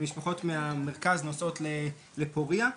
משפחות מהמרכז נוסעות לפורייה.